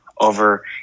over